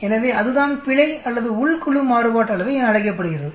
எனவே அதுதான் பிழை அல்லது உள் குழு மாறுபாட்டு அளவை என அழைக்கப்படுகிறது